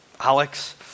Alex